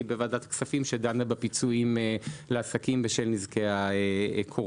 היא בוועדת כספים שדנה בפיצויים לעסקים בשל נזקי הקורונה.